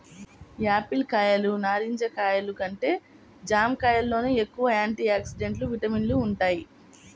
Apple కాయలు, నారింజ కాయలు కంటే జాంకాయల్లోనే ఎక్కువ యాంటీ ఆక్సిడెంట్లు, విటమిన్లు వుంటయ్